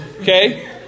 Okay